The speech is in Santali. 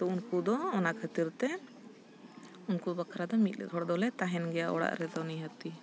ᱩᱱᱠᱩ ᱫᱚ ᱚᱱᱟ ᱠᱷᱟᱹᱛᱤᱨ ᱛᱮ ᱩᱱᱠᱩ ᱵᱟᱠᱷᱨᱟ ᱫᱚ ᱢᱤᱫ ᱦᱚᱲ ᱫᱚᱞᱮ ᱛᱟᱦᱮᱱ ᱜᱮᱭᱟ ᱚᱲᱟᱜ ᱨᱮᱫᱚ ᱱᱤᱦᱟᱹᱛᱤ